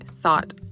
thought